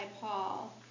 Paul